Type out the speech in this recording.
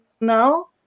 now